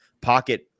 pocket